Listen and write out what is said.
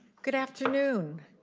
good afternoon,